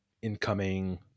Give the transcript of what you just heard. incoming